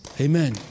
Amen